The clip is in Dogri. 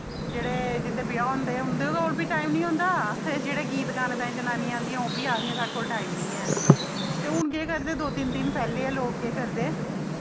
जेह्ड़े जिं'दे ब्याह होंदे उं'दे कोल बी टाइम नि होंदा ते जेह्ड़े गीत गाने ताईं जनानियां आंदियां ओह् बी आखदियां साढ़े कोल टाइम निं ऐ ते हून के करदे दो तिन्न दिन पैह्लें गै लोक केह् करदे